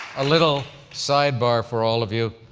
a little side bar for all of you.